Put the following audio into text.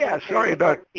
yeah sorry about